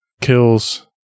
kills